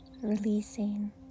Releasing